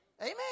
Amen